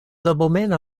abomena